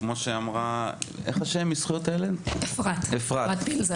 כמו שאמרה אפרת מהמועצה לזכויות הילד,